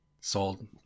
sold